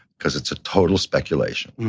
cause it's a total speculation.